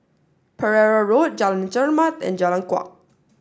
Pereira Road Jalan Chermat and Jalan Kuak